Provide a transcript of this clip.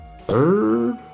third